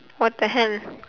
what the hell